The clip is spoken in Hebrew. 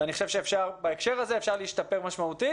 אני חושב שבהקשר הזה אפשר להשתפר משמעותית.